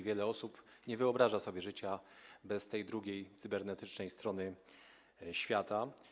Wiele osób nie wyobraża sobie życia bez tej drugiej, cybernetycznej strony świata.